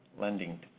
lending